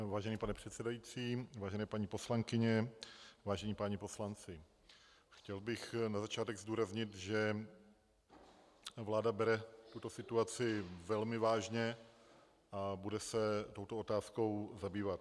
Vážený pane předsedající, vážené paní poslankyně, vážení páni poslanci, chtěl bych na začátek zdůraznit, že vláda bere tuto situaci velmi vážně a bude se touto otázkou zabývat.